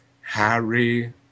Harry